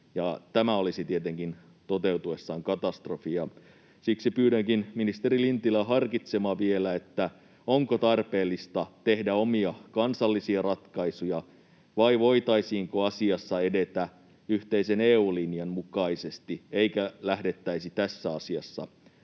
tämä olisi tietenkin toteutuessaan katastrofi. Siksi pyydänkin ministeri Lintilää harkitsemaan vielä, onko tarpeellista tehdä omia kansallisia ratkaisuja vai voitaisiinko asiassa edetä yhteisen EU-linjan mukaisesti, eikä lähdettäisi tässä asiassa